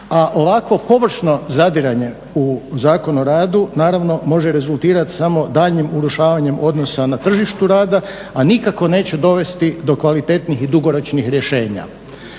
a ovakvo površno zadiranje u Zakon o radu naravno može rezultirati samo daljnjim urušavanjem odnosa na tržištu rada a nikako neće dovesti do kvalitetnih i dugoročnih rješenja.